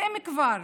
ואם כבר,